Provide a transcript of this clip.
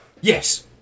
Yes